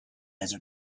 desert